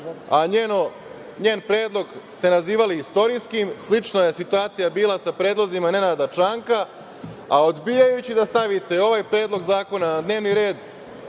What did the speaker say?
a njen predlog ste nazivali istorijskim. Slična je situacija bila sa predlozima Nenada Čanka. Odbijajući da stavite ovaj Predlog zakona na dnevni red